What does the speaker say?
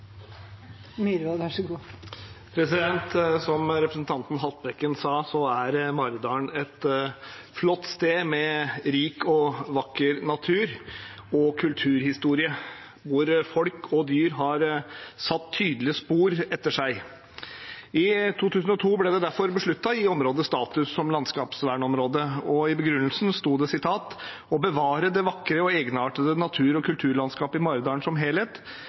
Maridalen et flott sted med rik og vakker natur og kulturhistorie, hvor folk og dyr har satt tydelige spor etter seg. I 2002 ble det derfor besluttet å gi området status som landskapsvernområde, og i begrunnelsen sto det at man ville «bevare det vakre og egenartede natur- og kulturlandskapet i Maridalen som en helhet,